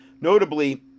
Notably